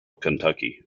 kentucky